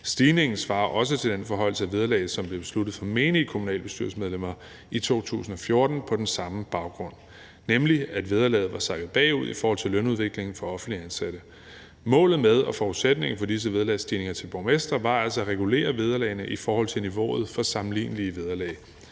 Stigningen svarer også til den forhøjelse af vederlaget, som blev besluttet for menige kommunalbestyrelsesmedlemmer i 2014 på den samme baggrund, nemlig at vederlaget var sakket bagud i forhold til lønudviklingen for offentligt ansatte. Målet med og forudsætningen for disse vederlagsstigninger til borgmestre var altså at regulere vederlagene i forhold til niveauet for sammenlignelige vederlag.